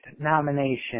nomination